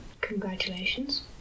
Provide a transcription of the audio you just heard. Congratulations